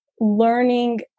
learning